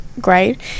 great